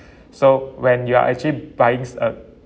so when you're actually buyings a